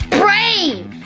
brave